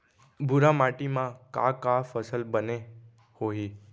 भूरा माटी मा का का फसल बने होही?